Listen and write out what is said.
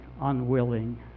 unwilling